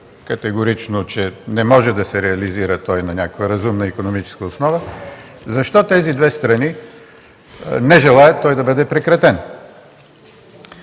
категорични, че не може да се реализира на някаква разумна икономическа основа? Защо тези две страни не желаят той да бъде прекратен?